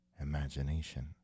imagination